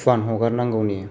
फुवान हगारनांगौनि